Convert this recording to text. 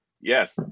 Yes